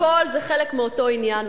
הכול זה חלק מאותו עניין,